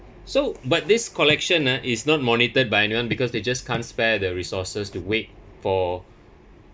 so but this collection ah is not monitored by anyone because they just can't spare the resources to wait for